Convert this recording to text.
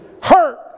hurt